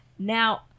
Now